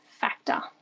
factor